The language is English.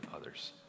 others